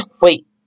Wait